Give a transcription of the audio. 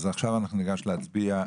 ניגש להצביע.